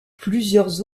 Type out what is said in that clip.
plusieurs